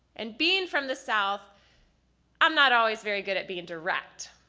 and being from the south i'm not always very good at being direct.